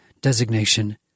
Designation